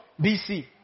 BC